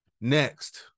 Next